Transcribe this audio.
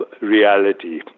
reality